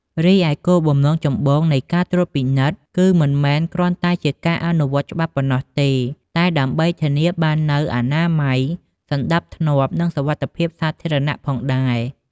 រីឯ គោលបំណងចម្បងនៃការត្រួតពិនិត្យ គឺមិនមែនគ្រាន់តែជាការអនុវត្តច្បាប់ប៉ុណ្ណោះទេ តែដើម្បីធានាបាននូវអនាម័យ សណ្តាប់ធ្នាប់ និងសុវត្ថិភាពសាធារណៈ ផងដែរ។